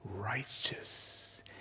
righteous